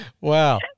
Wow